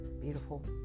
beautiful